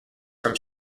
from